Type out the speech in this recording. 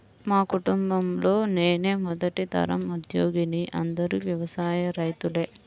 మా కుటుంబంలో నేనే మొదటి తరం ఉద్యోగిని అందరూ వ్యవసాయ రైతులే